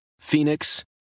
Phoenix